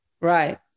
Right